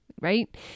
right